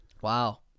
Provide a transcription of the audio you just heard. Wow